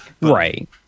right